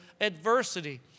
adversity